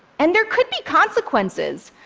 and there could be consequences.